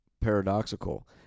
paradoxical